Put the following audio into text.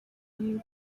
you